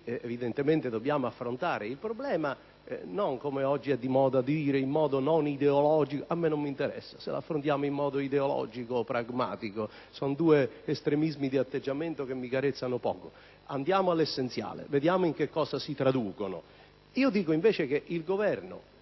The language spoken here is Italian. posizione. Dobbiamo affrontare il problema. Non, come oggi è di moda dire, in maniera non ideologica: a me non interessa se lo affrontiamo in modo ideologico o pragmatico, sono due estremismi di atteggiamento che mi carezzano poco. Andiamo all'essenziale, vediamo in cosa si traducono. Il Governo, invece, cui pure